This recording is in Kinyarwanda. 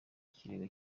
kiringo